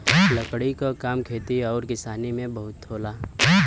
लकड़ी क काम खेती आउर किसानी में बहुत होला